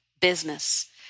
business